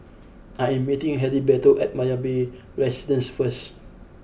I am meeting Heriberto at Marina Bay Residences first